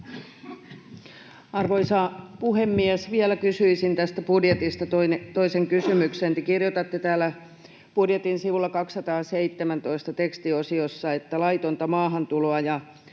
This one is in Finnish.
Arvoisa puhemies! Vielä kysyisin tästä budjetista toisen kysymyksen. Te kirjoitatte täällä budjetin sivulla 217 tekstiosiossa, että ”laitonta maahantuloa